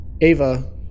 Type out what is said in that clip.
Ava